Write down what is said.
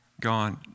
gone